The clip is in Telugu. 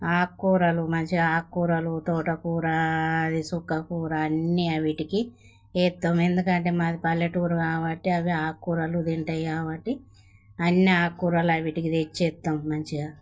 ఆకుకూరలు మంచిగా ఆకుకూరలు తోటకూర అది చుక్క కూర అన్నీ అవి వాటికి వేస్తాము ఎందుకంటే మాది పల్లెటూరు కాబట్టి అవి ఆకుకూరలు తింటాయి కాబట్టి అన్ని ఆకుకూరలు అవి వాటికి తెచ్చి వేస్తాము మంచిగా